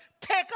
take